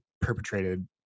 perpetrated